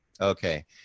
Okay